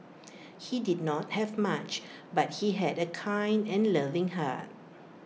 he did not have much but he had A kind and loving heart